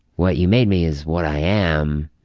what you made me is what i am